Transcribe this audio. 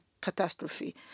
catastrophe